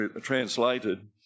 translated